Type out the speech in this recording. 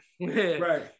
right